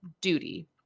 duty